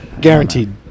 Guaranteed